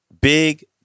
Big